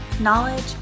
knowledge